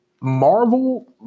Marvel